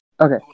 Okay